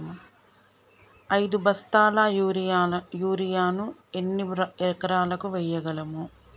ఐదు బస్తాల యూరియా ను ఎన్ని ఎకరాలకు వేయగలము?